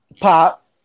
Pop